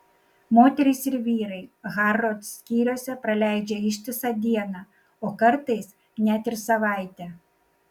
moterys ir vyrai harrods skyriuose praleidžia ištisą dieną o kartais net ir savaitę